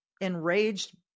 enraged